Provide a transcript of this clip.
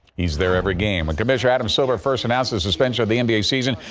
he's there every game with commissioner, adam silver first announced the suspension of the nba season.